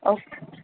okay